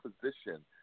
position